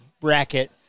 bracket